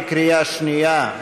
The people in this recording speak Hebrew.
בקריאה שנייה,